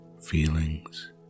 feelings